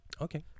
Okay